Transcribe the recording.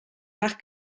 nach